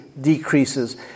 decreases